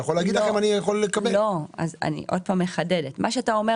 אני צריך את זה,